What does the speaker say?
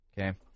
okay